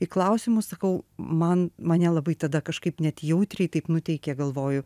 į klausimus sakau man mane labai tada kažkaip net jautriai taip nuteikė galvoju